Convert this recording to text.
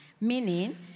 meaning